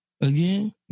again